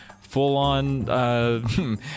full-on